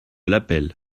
l’appel